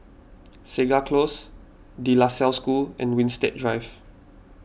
Segar Close De La Salle School and Winstedt Drive